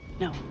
no